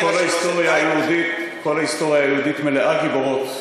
כל ההיסטוריה היהודית מלאה גיבורות.